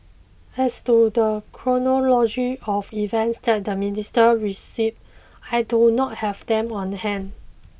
as to the chronology of events that the minister receipt I do not have them on hand